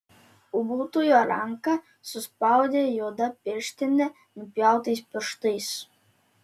ūbautojo ranką suspaudė juoda pirštinė nupjautais pirštais